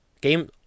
game